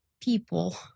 people